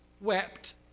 wept